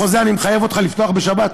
בחוזה: אני מחייב אותך לפתוח בשבת?